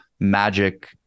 magic